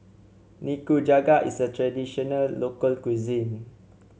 nikujaga is a traditional local cuisine